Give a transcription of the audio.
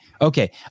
Okay